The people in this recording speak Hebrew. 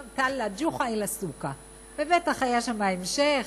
ג'וחה יצא אל השוק,) ובטח היה שם המשך,